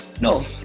no